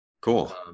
Cool